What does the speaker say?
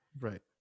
Right